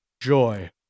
joy